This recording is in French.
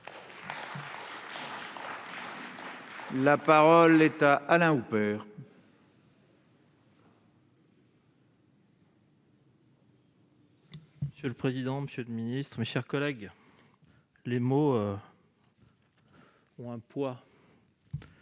La parole est à M. Alain Houpert, sur l'article. Monsieur le président, monsieur le ministre, mes chers collègues, les mots ont un poids.